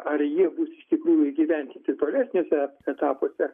ar jie bus iš tikrųjų įgyvendinti tolesniuose etapuose